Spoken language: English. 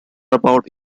about